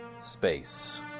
space